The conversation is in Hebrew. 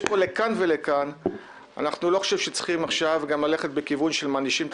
אני לא חושב שצריך ללכת עכשיו גם בכיוון שבו מענישים את